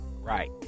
right